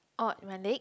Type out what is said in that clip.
oh in my leg